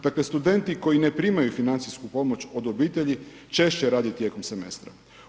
Dakle, studenti koji ne primaju financijsku pomoć od obitelji češće radi tijekom semestra.